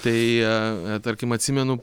tai tarkim atsimenu